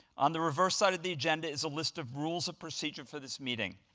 on the reverse side of the agenda is a list of rules of procedure for this meeting.